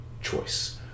choice